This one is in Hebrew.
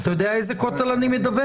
אתה יודע על איזה כותל אני מדבר?